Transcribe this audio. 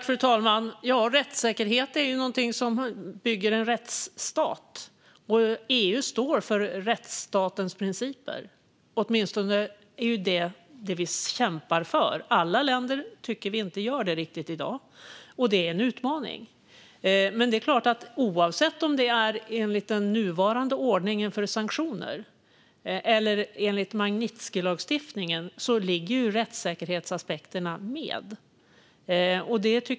Fru talman! Rättssäkerhet är någonting som bygger en rättsstat, och EU står för rättsstatens principer. Åtminstone är det detta vi kämpar för. Vi tycker inte riktigt att alla länder gör det i dag, och det är en utmaning. Men det är klart att oavsett om det är enligt den nuvarande ordningen för sanktioner eller enligt Magnitskijlagstiftningen ligger ju rättssäkerhets-aspekterna med.